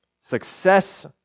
success